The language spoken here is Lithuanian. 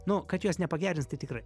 nu kad jos nepagerins tai tikrai